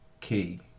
key